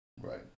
Right